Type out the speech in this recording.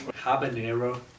habanero